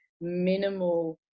minimal